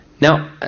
now